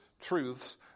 truths